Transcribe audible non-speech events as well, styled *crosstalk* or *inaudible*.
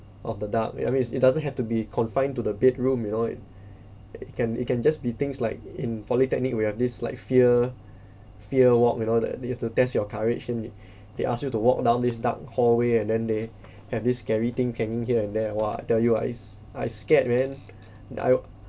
of the dark ya I mean it's it doesn't have to be confined to the bedroom you know it can it can just be things like in polytechnic we have this like fear fear walk you know that you have to test your courage in it *breath* they ask you to walk down this dark hallway and then they *breath* have this scary thing hanging here and there !wah! I tell you ah it's I scared man *breath* I